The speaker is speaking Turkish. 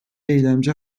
eylemci